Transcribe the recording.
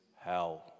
hell